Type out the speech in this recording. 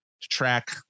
track